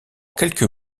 quelques